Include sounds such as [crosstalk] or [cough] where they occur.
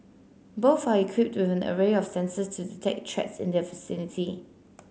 both are equipped [unintelligible] an array of sensors to detect threats in their vicinity